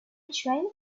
trying